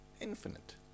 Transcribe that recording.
Infinite